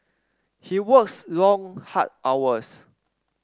he works long hard hours